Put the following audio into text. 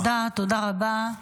תודה רבה.